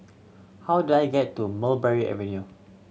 how do I get to Mulberry Avenue